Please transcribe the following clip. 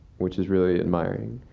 which is really admiring.